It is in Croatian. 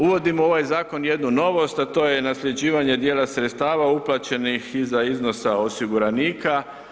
Uvodimo ovaj zakon jednu novost a to je nasljeđivanje djela sredstava uplaćenih iza iznosa osiguranika.